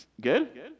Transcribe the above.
Good